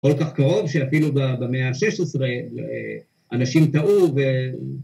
‫כל כך קרוב שאפילו במאה ה-16 ‫אנשים טעו ו...